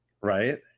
Right